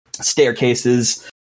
staircases